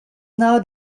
now